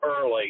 early